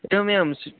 एवमेवं स्